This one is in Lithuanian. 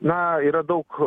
na yra daug